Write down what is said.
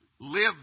live